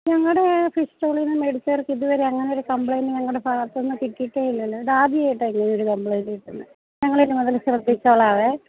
ഞങ്ങളുടെ ഫിഷ് സ്റ്റോളില്നിന്നു മേടിച്ചവർക്ക് ഇതുവരെ അങ്ങനെയൊരു കമ്പ്ലൈൻ്റ് ഞങ്ങളുടെ ഭാഗത്തുനിന്നു കിട്ടിയിട്ടേ ഇല്ലല്ലോ ഇതാദ്യാമായിട്ടാണ് ഇങ്ങനെയൊരു കംപ്ലയിൻ്റ് കിട്ടുന്നത് ഞങ്ങള് ഇനിമുതല് ശ്രദ്ധിച്ചോളാവേ